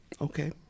okay